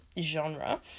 genre